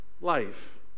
life